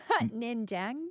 Ninjang